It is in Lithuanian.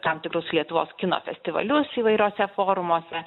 tam tikrus lietuvos kino festivalius įvairiose formose